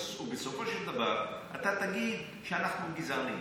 ובסופו של דבר, אתה תגיד שאנחנו גזענים.